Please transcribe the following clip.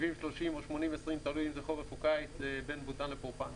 70:30 או 80:20 - תלוי אם זה חורף או קיץ - בין בוטאן לפרופאן,